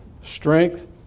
strength